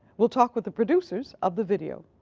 we'll talk with the producers of the video.